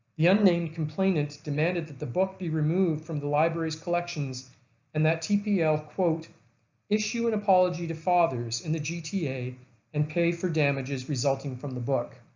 the unnamed complainant demanded that the book be removed from the library's collections and that tpl quote issue an apology to fathers in the gta and pay for damages resulting from the book.